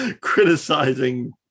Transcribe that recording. criticizing